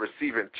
receiving